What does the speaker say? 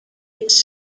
its